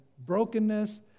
brokenness